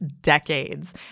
decades